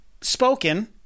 spoken